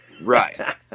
right